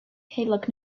heulog